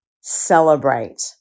celebrate